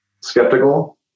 skeptical